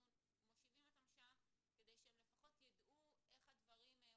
מושיבים אותם שם כדי שהם לפחות ידעו איך הדברים עובדים,